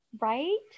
right